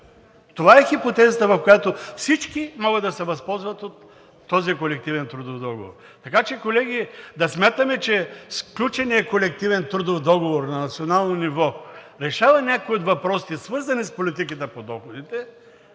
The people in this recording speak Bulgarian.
Това е хипотезата, в която всички могат да се възползват от този колективен трудов договор. Така че, колеги, да смятаме, че сключеният колективен трудов договор на национално ниво решава някои от въпросите, свързани с политиката по доходите,